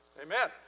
amen